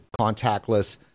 contactless